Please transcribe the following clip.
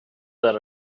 that